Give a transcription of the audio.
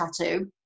tattoo